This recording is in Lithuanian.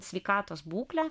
sveikatos būklę